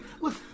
Look